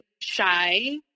shy